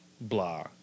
blah